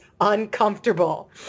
uncomfortable